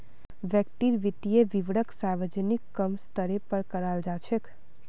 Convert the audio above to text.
व्यक्तिर वित्तीय विवरणक सार्वजनिक क म स्तरेर पर कराल जा छेक